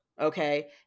okay